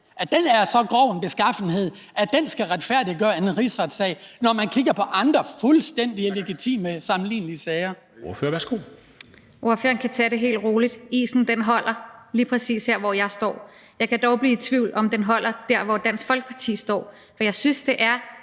sag er af så grov en beskaffenhed, at den skal retfærdiggøre en rigsretssag, når man kigger på andre fuldstændig legitimt sammenlignelige sager. Kl. 14:21 Formanden (Henrik Dam Kristensen): Ordføreren, værsgo. Kl. 14:21 Rosa Lund (EL): Ordføreren kan tage det helt roligt. Isen holder lige præcis her, hvor jeg står. Jeg kan dog blive i tvivl om, om den holder dér, hvor Dansk Folkeparti står, for jeg synes, det er